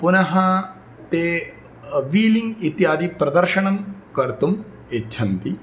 पुनः ते वीलिङ्ग् इत्यादि प्रदर्शनं कर्तुम् इच्छन्ति